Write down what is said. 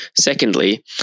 secondly